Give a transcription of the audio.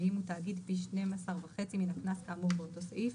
ואם הוא תאגיד פי שנים עשר וחצי מן הקנס כאמור באותו סעיף: